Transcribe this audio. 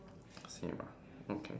same ah okay